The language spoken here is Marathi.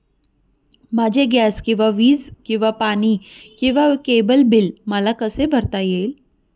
माझे गॅस किंवा वीज किंवा पाणी किंवा केबल बिल मला कसे भरता येईल?